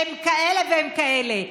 הם כאלה והם כאלה.